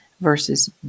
versus